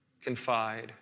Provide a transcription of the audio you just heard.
confide